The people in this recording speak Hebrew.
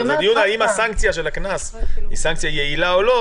הדיון האם הסנקציה של הקנס היא סנקציה יעילה או לא,